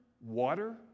water